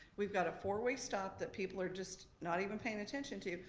we've got a four-way stop that people are just not even paying attention to.